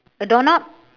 a doorknob